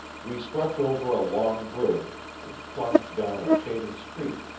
we swept over a long bridge, and plunged down a shaded street,